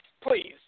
Please